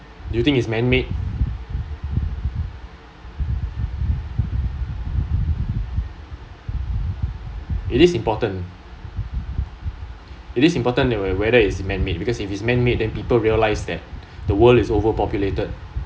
do you think is man made it is important it is important that whether it is man made because it is man made then people realised that the world is over populated